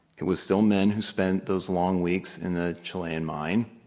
it was still men who spent those long weeks in the chilean mine.